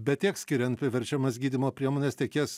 bet tiek skirian priverčiamas gydymo priemones tiek jas